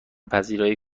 پذیرایی